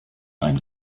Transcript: ein